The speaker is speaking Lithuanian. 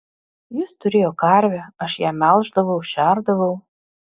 jis turėjo karvę aš ją melždavau šerdavau